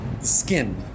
Skin